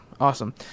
Awesome